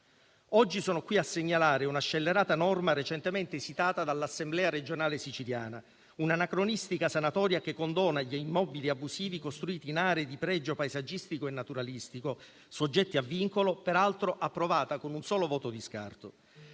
Oggi sono qui a segnalare una scellerata norma recentemente esitata dall'Assemblea regionale siciliana: un'anacronistica sanatoria che condona gli immobili abusivi costruiti in aree di pregio paesaggistico e naturalistico, soggette a vincolo, peraltro approvata con un solo voto di scarto.